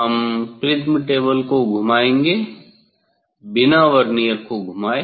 हम prism table को घुमाएंगे बिना वर्नियर को घुमाए